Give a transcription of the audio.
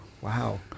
Wow